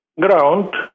ground